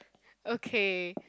okay